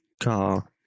car